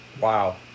wow